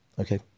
Okay